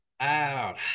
out